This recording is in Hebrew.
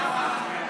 רע"מ,